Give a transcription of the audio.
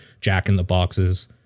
jack-in-the-boxes